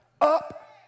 up